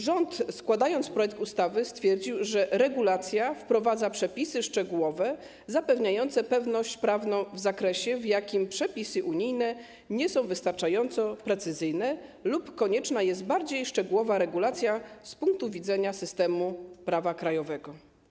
Rząd, składając projekt ustawy, stwierdził, że regulacja wprowadza przepisy szczegółowe zapewniające pewność prawną w zakresie, w jakim przepisy unijne nie są wystarczająco precyzyjne lub konieczna jest bardziej szczegółowa regulacja z punktu widzenia systemu prawa krajowego.